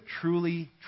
truly